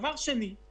יכול להיות גם